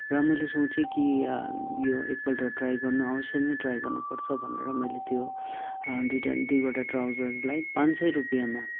र मैले सोचेँ कि यो एकपल्ट ट्राई गर्नु अवश्य नै ट्राई गर्नु पर्छ भनेर मैले त्यो दुइवटा दुइवटा ट्राउजर्सलाई पाँच सय रुपियाँमा